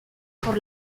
por